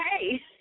Hey